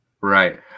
right